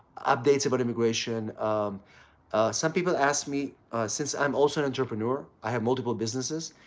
updates about immigration. um some people ask me since i'm also an entrepreneur, i have multiple businesses,